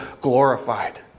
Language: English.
glorified